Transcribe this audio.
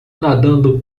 nadando